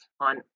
on